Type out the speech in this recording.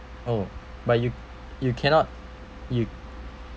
oh but you you cannot you